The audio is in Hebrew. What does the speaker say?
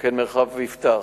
יפתח